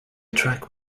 track